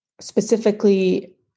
specifically